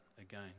again